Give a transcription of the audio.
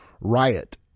riot